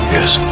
Yes